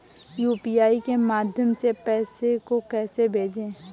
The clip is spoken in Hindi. यू.पी.आई के माध्यम से पैसे को कैसे भेजें?